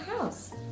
house